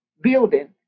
building